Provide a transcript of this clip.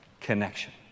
connection